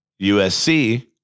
USC